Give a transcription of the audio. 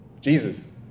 Jesus